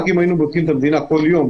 רק אם היינו בודקים את המדינה כל יום,